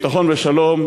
ביטחון ושלום,